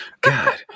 God